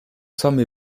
some